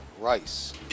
rice